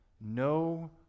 no